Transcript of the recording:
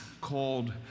called